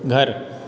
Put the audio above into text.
घर